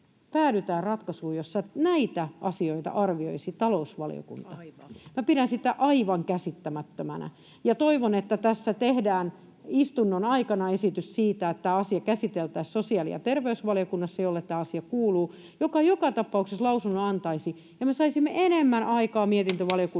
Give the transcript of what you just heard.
päädytään ratkaisuun, jossa näitä asioita arvioisi talousvaliokunta. Minä pidän sitä aivan käsittämättömänä, ja toivon, että tässä tehdään istunnon aikana esitys siitä, että tämä asia käsiteltäisiin sosiaali- ja terveysvaliokunnassa, jolle tämä asia kuuluu ja joka joka tapauksessa lausunnon antaisi, ja me saisimme enemmän aikaa mietintövaliokuntana